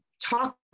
talk